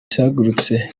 cyagurutse